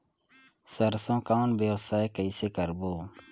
सरसो कौन व्यवसाय कइसे करबो?